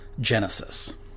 Genesis